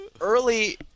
early